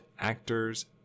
actors